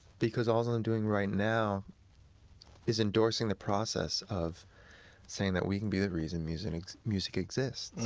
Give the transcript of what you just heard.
because all that i'm doing right now is endorsing the process of saying that we can be the reason music music exist. and